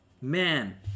Man